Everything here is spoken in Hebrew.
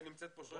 ונמצאת פה שוש,